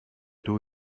two